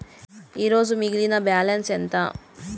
ఈరోజు మిగిలిన బ్యాలెన్స్ ఎంత?